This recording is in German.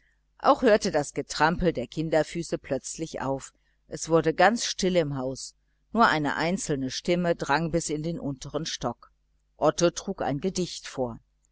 auch hörte das getrampel der kinderfüße plötzlich auf es wurde ganz stille im haus nur eine einzelne stimme drang bis in den untern stock otto deklamierte nacheinander kamen nun